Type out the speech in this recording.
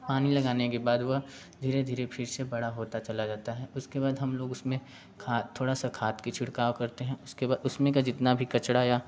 पानी लगा देने के बाद वह धीरे धीरे फिर से बड़ा होता चला जाता है उसके बाद हम लोग उसमें खाद थोड़ा सा खाद की छिड़काव करते हैं उसके बाद उसमें का जितना भी कचड़ा या